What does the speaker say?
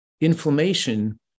inflammation